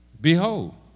Behold